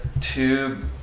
tube